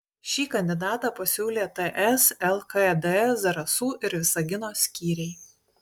šį kandidatą pasiūlė ts lkd zarasų ir visagino skyriai